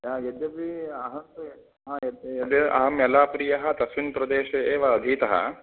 यत् यद्यपि अहं तु हा यद् अहं यल्लाप्रियः तस्मिन् प्रदेशे एव अधीतः